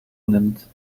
nimmt